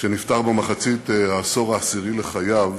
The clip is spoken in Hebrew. שנפטר במחצית העשור העשירי לחייו,